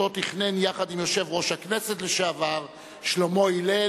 שאותו תיכנן יחד עם יושב-ראש הכנסת לשעבר שלמה הלל,